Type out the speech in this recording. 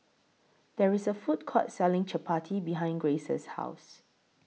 There IS A Food Court Selling Chapati behind Grayce's House